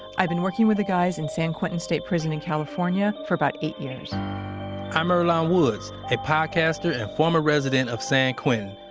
i've been working with the guys in san quentin state prison in california for about eight years i'm earlonne woods, a podcaster and former resident of san quentin.